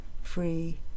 free